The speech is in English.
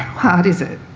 hard is it,